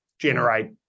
generate